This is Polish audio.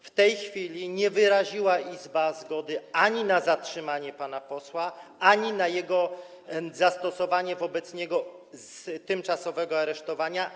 W tej chwili Izba nie wyraziła zgody ani na zatrzymanie pana posła, ani na zastosowanie wobec niego tymczasowego aresztowania.